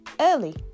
early